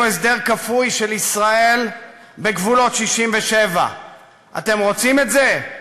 הסדר כפוי של ישראל בגבולות 67'. אתם רוצים את זה?